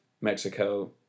Mexico